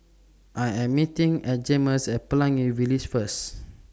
I Am meeting At Jaymes At Pelangi Village First